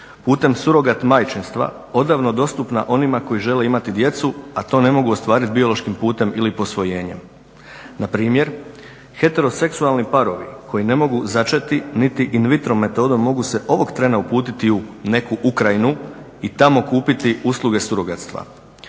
putem surogat majčinstva odavno dostupna onima koji žele imati djecu a to ne mogu ostvariti biološkim putem ili posvojenjem. Npr. heteroseksualni parovi koji ne mogu začeti niti in vitro metodom mogu se ovog trena uputiti u neku Ukrajinu i tamo kupiti usluge surogatstva.